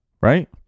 right